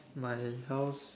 my house